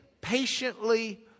patiently